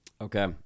okay